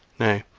nay,